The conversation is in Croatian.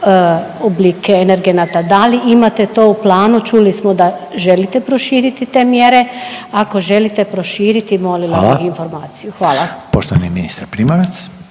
oblike energenata? Da li imate to u planu? Čuli smo da želite proširiti te mjere, ako želite proširiti molila bih informaciju. Hvala. **Reiner,